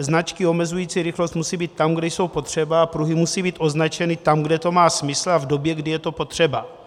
Značky omezující rychlost musí být tam, kde jsou potřeba, a pruhy musí být označeny tam, kde to má smysl, a v době, kdy je to potřeba.